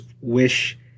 wish